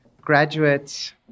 Graduates